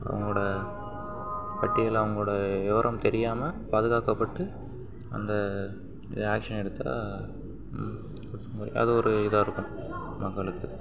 அவங்களோட பட்டியல் அவங்களோட விவரம் தெரியாமல் பாதுகாக்கப்பட்டு அந்த ஆக்ஷன் எடுத்தால் அது ஒரு இதாக இருக்கும் மக்களுக்கு